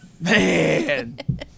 man